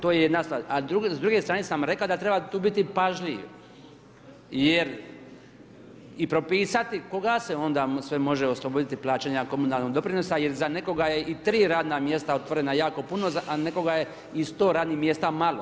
To je jedna stvar, a s druge strane sam rekao da treba tu biti pažljiv, jer i propisati koga se onda sve može osobiti plaćanje komunalnog doprinosa, jer za nekoga je i 3 radna mjesta otvoreno jako puno, a za nekoga je i 100 radnih mjesta malo.